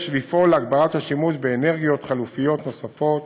יש לפעול להגברת השימוש באנרגיות חלופיות נוספות,